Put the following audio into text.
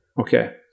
okay